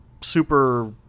super